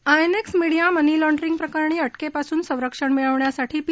INX media money laundering प्रकरणी अटकेपासून संरक्षण मिळवण्यासाठी पी